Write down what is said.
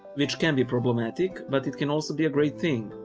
which can be problematic, but it can also be a great thing.